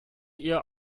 ihr